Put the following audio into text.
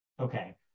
Okay